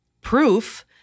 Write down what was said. proof